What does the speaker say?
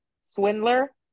swindler